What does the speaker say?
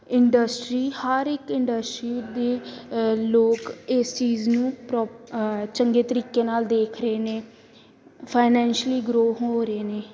industry ਹਰ ਇੱਕ industry ਦੇ ਲੋਕ ਇਸ ਚੀਜ਼ ਨੂੰ ਪ੍ਰੋਪ ਚੰਗੇ ਤਰੀਕੇ ਨਾਲ ਦੇਖ ਰਹੇ ਨੇ ਫਾਈਨੈਂਸ਼ਅਲੀ ਗਰੋ ਹੋ ਰਹੇ ਨੇ